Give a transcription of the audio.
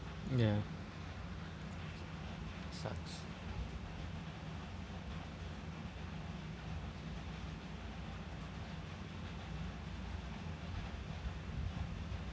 ya sucks